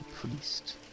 priest